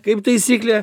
kaip taisyklė